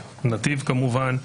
נתיב כמובן,